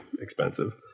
expensive